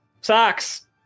Socks